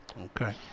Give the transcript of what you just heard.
Okay